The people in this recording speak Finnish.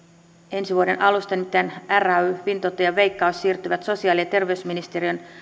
ensi vuoden alusta nimittäin ray fintoto ja veikkaus siirtyvät sosiaali ja terveysministeriön